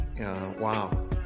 wow